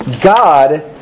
God